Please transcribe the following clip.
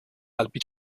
alpi